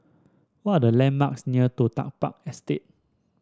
what are the landmarks near Toh Tuck Park Estate